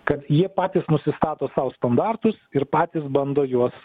kad jie patys nusistato sau standartus ir patys bando juos